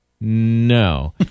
No